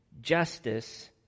justice